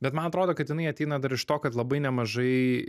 bet man atrodo kad jinai ateina dar iš to kad labai nemažai